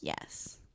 yes